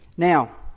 Now